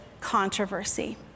controversy